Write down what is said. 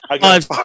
Five